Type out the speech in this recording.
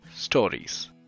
Stories